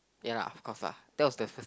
ya lah of course lah that was the first